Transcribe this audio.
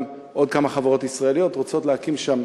עוד כמה חברות ישראליות רוצות להקים שם